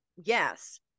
Yes